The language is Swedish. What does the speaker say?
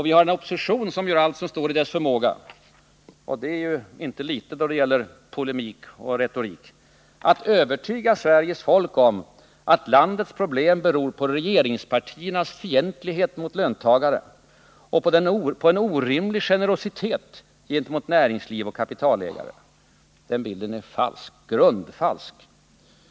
Vi har en opposition som gör allt vad som står i dess förmåga — och det är inte litet då det gäller polemik och retorik — för att övertyga Sveriges folk om att landets problem beror på regeringspartiernas fientlighet mot löntagare och på en orimlig generositet gentemot näringsliv och kapitalägare. Den bilden är falsk, grundfalsk.